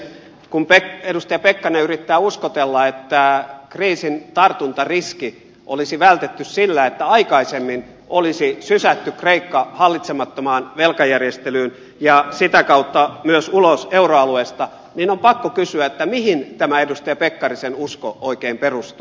kun edustaja pekkarinen yrittää uskotella että kriisin tartuntariski olisi vältetty sillä että aikaisemmin olisi sysätty kreikka hallitsemattomaan velkajärjestelyyn ja sitä kautta myös ulos euroalueesta niin on pakko kysyä mihin tämä edustaja pekkarisen usko oikein perustuu